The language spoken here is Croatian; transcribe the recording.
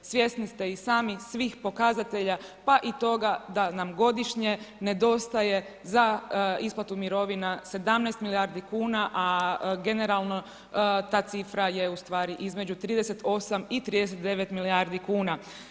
Svjesni ste i sami svih pokazatelja pa i toga da nam godišnje nedostaje za isplatu mirovina 17 milijardi kuna a generalno ta cifra je ustvari između 38 i 39 milijardi kuna.